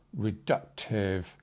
reductive